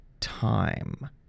time